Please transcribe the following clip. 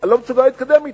ואני לא מסוגל להתקדם אתה.